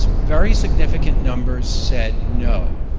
very significant numbers said no.